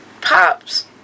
Pops